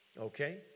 Okay